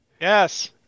Yes